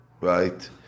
right